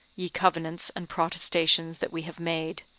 ye covenants and protestations that we have made!